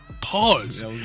Pause